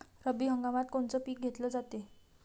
रब्बी हंगामात कोनचं पिक घेतलं जाते?